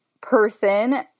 person